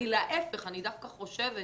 להיפך, אני חושבת